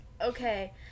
Okay